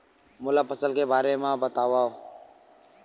मोला फसल के बारे म बतावव?